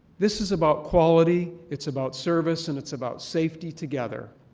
this is about quality, it's about service, and it's about safety together.